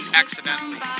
accidentally